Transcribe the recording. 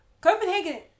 Copenhagen